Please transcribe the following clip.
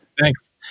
Thanks